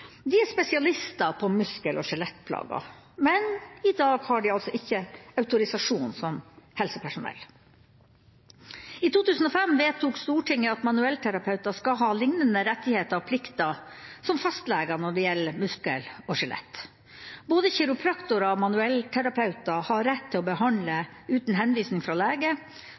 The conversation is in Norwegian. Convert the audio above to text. de er spesialister på muskel- og skjelettplager. Men i dag har de altså ikke autorisasjon som helsepersonell. I 2005 vedtok Stortinget at manuellterapeuter skal ha lignende rettigheter og plikter som fastleger når det gjelder muskler og skjelett. Både kiropraktorer og manuellterapeuter har rett til å behandle